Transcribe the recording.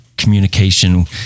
communication